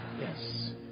Yes